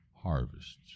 harvests